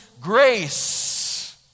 grace